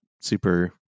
super